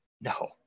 No